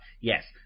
Yes